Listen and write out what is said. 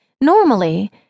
Normally